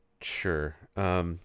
Sure